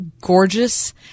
gorgeous